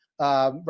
Right